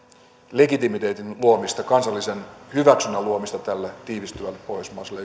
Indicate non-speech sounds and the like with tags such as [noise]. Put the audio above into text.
legitimiteetin luomista kansallisen hyväksynnän luomista tällä tiivistyvälle pohjoismaiselle [unintelligible]